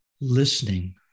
listening